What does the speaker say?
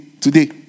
today